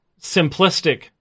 simplistic